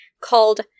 called